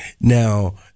Now